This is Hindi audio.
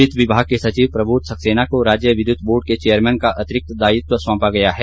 वित्त विभाग के सचिव प्रबोध सक्सेना को राज्य विद्युत बोर्ड के चेयरमैन का अतिरिक्त दायित्व सौंपा गया है